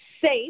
safe